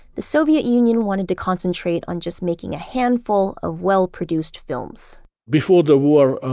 the soviet union wanted to concentrate on just making a handful of well produced films before the war,